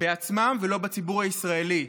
בעצמם ולא בציבור הישראלי.